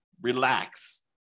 relax